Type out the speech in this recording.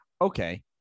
Okay